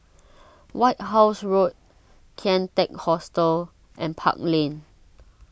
White House Road Kian Teck Hostel and Park Lane